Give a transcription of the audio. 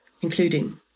including